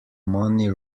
money